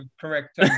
correct